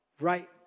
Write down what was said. right